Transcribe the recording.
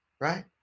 right